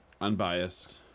unbiased